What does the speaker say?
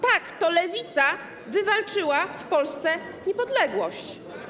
Tak, to lewica wywalczyła w Polsce niepodległość.